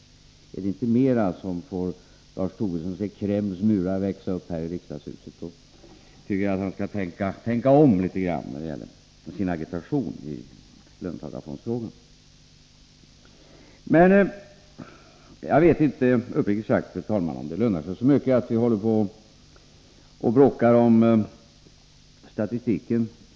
Behövs det inte mera för att få Lars Tobisson att se Kremls murar växa upp här i riksdagshuset tycker jag att han skall tänka om i fråga om sin agitation i löntagarfondsfrågan. Jag vet uppriktigt sagt, fru talman, inte om det lönar sig att vi bråkar om statistiken.